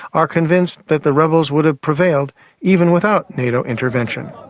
are convinced that the rebels would have prevailed even without nato intervention.